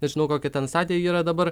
nežinau kokia ten stadija yra dabar